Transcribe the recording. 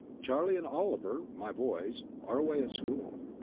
charlie and oliver, my boys, are away at school.